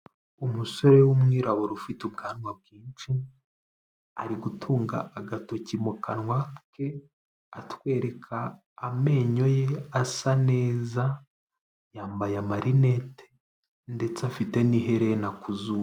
Umusore w'umwirabura ufite ubwanwa bwinshi, ari gutunga agatoki mu kanwa ke, atwereka amenyo ye asa neza, yambaye amarinete, ndetse afite n'iherena ku zuru.